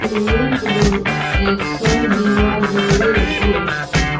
payment protection बीमा लेवे से